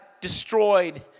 destroyed